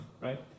right